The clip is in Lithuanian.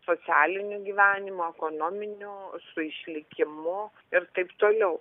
socialiniu gyvenimu ekonominiu su išlikimu ir taip toliau